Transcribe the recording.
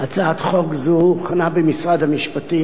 הצעת חוק זו הוכנה במשרד המשפטים,